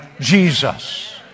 Jesus